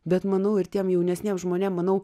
bet manau ir tiem jaunesniem žmonėm manau